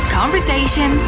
conversation